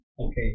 Okay